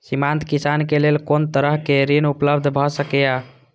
सीमांत किसान के लेल कोन तरहक ऋण उपलब्ध भ सकेया?